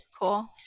cool